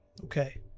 Okay